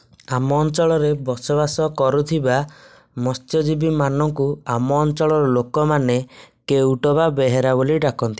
ଆମ ଅଞ୍ଚଳରେ ବସବାସ କରୁଥିବା ମତ୍ସ୍ୟଜୀବୀ ମାନଙ୍କୁ ଆମ ଅଞ୍ଚଳର ଲୋକମାନେ କେଉଟ ବା ବେହେରା ବୋଲି ଡାକନ୍ତି